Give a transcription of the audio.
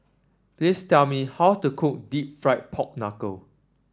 please tell me how to cook deep fried Pork Knuckle